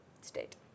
state